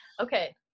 Okay